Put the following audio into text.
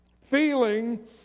feeling